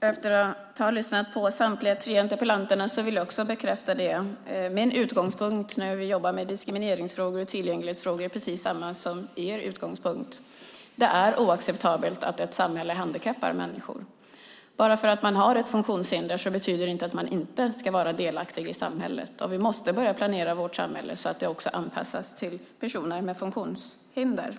Efter att ha lyssnat på alla tre interpellanter vill jag bekräfta att min utgångspunkt när jag jobbar med diskrimineringsfrågor och tillgänglighetsfrågor är precis densamma som deras utgångspunkt. Det är oacceptabelt att ett samhälle handikappar människor. Att ha ett funktionshinder innebär inte att man inte ska vara delaktig i samhället. Vi måste därför börja planera vårt samhälle så att det också anpassas till personer med funktionshinder.